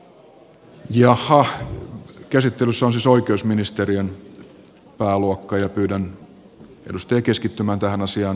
käsittelyssä on siis oikeusministeriön pääluokka ja pyydän edustajia keskittymään tähän asiaan